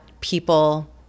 people